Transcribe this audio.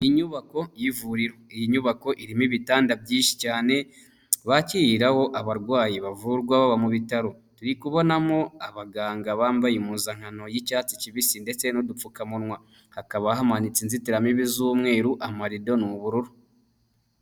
Inyubako y'ivuriro. Iyi nyubako irimo ibitanda byinshi cyane, bakiriraho abarwayi bavurwa baba mu bitaro. Turi kubonamo abaganga bambaye impuzankano y'icyatsi kibisi ndetse n'udupfukamunwa; hakaba hamanitse inzitiramibu z'umweru, amarido ni ubururu.